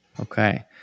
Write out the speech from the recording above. Okay